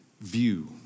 view